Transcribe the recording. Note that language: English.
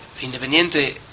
Independiente